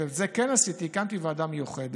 ואת זה כן עשיתי: הקמתי ועדה מיוחדת,